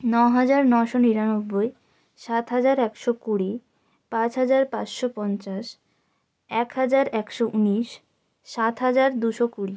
ন হাজার নশো নিরানব্বই সাত হাজার একশো কুড়ি পাঁচ হাজার পাঁচশো পঞ্চাশ এক হাজার একশো উনিশ সাত হাজার দুশো কুড়ি